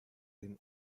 den